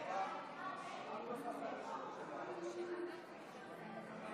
מישהו פה צעק ועדת החינוך.